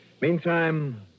Meantime